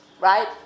right